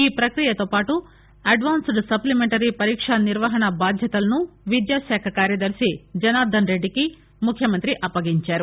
ఈ ప్రక్రియతోపాటు advanced supplementary పరీక్ష నిర్వహణ బాధ్యతలను విద్యా శాఖ కార్యదర్ని జనార్దన్ రెడ్డికి ముఖ్యమంత్రి అప్పగించారు